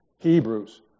Hebrews